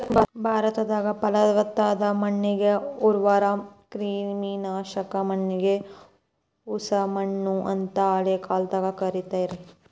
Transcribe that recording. ಭಾರತದಾಗ, ಪಲವತ್ತಾದ ಮಣ್ಣಿಗೆ ಉರ್ವರ, ಕ್ರಿಮಿನಾಶಕ ಮಣ್ಣಿಗೆ ಉಸರಮಣ್ಣು ಅಂತ ಹಳೆ ಕಾಲದಾಗ ಕರೇತಿದ್ರು